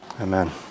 Amen